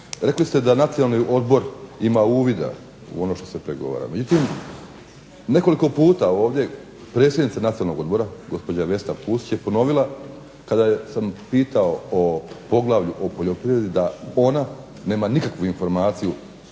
rekli ste da Nacionalni odbor ima uvida u ono što se pregovara, međutim, nekoliko puta ovdje predsjednica Nacionalnog odbora gospođa VEsna Pusić je ponovila kada sam ju pitao o poglavlju o poljoprivredi da ona nema nikakvu informaciju